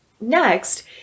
Next